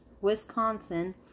Wisconsin